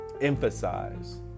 emphasize